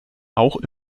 auch